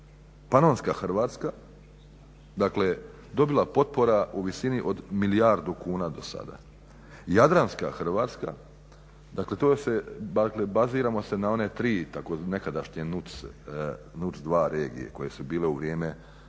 Panonska Hrvatska dobila potpora u visini od milijardu kuna do sada, Jadranska Hrvatska dakle to se baziramo se na one tri takozvane nekadašnje NUTS 2 regije koje su bile postavljene u vrijeme